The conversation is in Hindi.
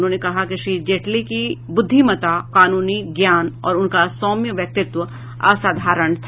उन्होंने कहा कि श्री जेटली की बुद्धिमत्ता कानूनी ज्ञान और उनका सौम्य व्यक्तित्व असाधारण था